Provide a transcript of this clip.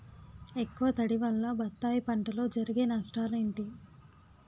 ఎక్కువ తడి వల్ల బత్తాయి పంటలో జరిగే నష్టాలేంటి?